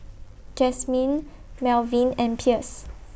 Jasmin Melvin and Pierce